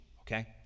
okay